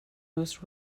most